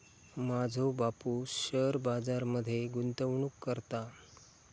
माझो बापूस शेअर बाजार मध्ये गुंतवणूक करता